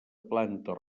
planta